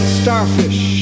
starfish